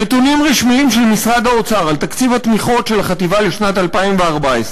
נתונים רשמיים של משרד האוצר על תקציב התמיכות של החטיבה לשנת 2014,